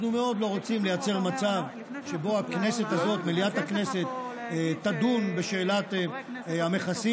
אנחנו מאוד לא רוצים ליצור מצב שבו מליאת הכנסת הזאת תדון בשאלת המכסים.